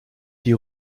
die